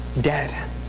dead